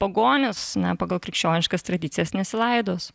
pagonys na pagal krikščioniškas tradicijas nesilaidos